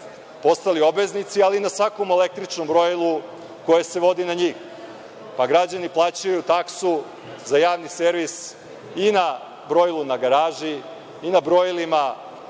postali obveznici, ali na svakom električnom brojilu koje se vodi na njih, pa građani plaćaju taksu za javni servis i na brojilu na garaži i na brojilima